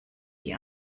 die